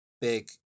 big